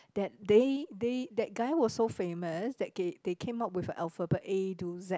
that they they that guy was so famous that they they came up with a alphabet A to Z